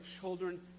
children